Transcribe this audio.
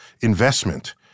investment